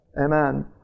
Amen